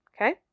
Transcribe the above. Okay